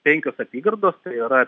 penkios apygardos tai yra